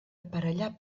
aparellar